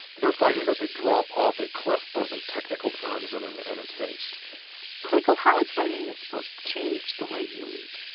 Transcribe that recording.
they're finding that they drop off a cliff, both in technical terms and in and and taste like ah how has writing this book changed the way you eat?